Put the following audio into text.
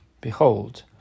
Behold